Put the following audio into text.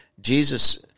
Jesus